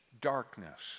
darkness